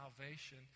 salvation